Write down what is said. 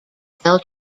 fell